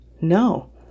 no